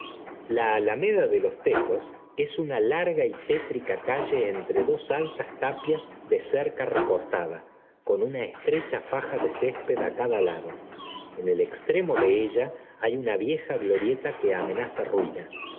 ija alameda de los tejos es una larga y f étrica calle entre dos altas tapias de cerca recorro con una estrecha faja de césped á cada lado en él extremo de ella hay una vieja glorieta que amenaza ruina